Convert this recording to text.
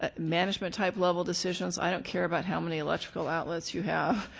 ah management type level decisions. i don't care about how many electrical outlets you have.